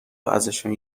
ازشان